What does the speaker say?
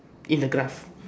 in the grass